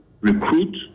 recruit